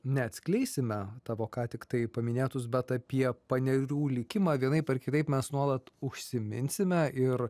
neatskleisime tavo ką tiktai paminėtus bet apie panerių likimą vienaip ar kitaip mes nuolat užsiminsime ir